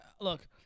Look